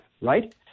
right